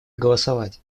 голосовать